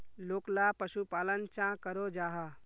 लोकला पशुपालन चाँ करो जाहा?